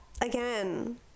again